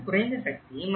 ஒன்று குறைந்த சக்தி